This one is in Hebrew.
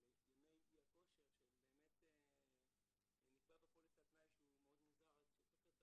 על ימי אי הכושר שבאמת נקבע בפוליסה תנאי שהוא מאוד מוזר שהופך את